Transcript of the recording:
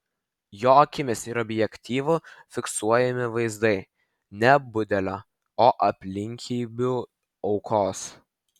jo akimis ir objektyvu fiksuojami vaizdai ne budelio o aplinkybių aukos